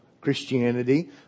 Christianity